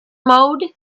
mode